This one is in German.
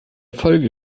folge